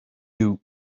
you